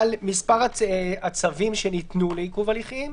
על מספר הצווים שניתנו לעיכוב הליכים,